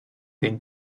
den